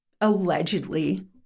allegedly